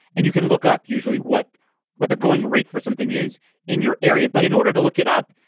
and you can look up usually what what the going rate for something is in your area. but in order to look it up,